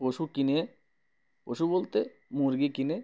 পশু কিনে পশু বলতে মুরগি কিনে